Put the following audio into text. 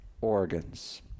organs